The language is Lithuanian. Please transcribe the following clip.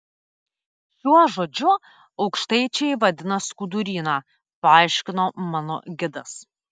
šiuo žodžiu aukštaičiai vadina skuduryną paaiškino mano gidas